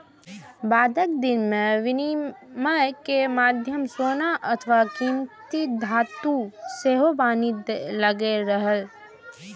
बादक दिन मे विनिमय के माध्यम सोना अथवा कीमती धातु सेहो बनि गेल रहै